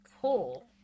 cool